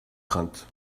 craintes